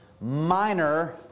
minor